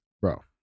Bro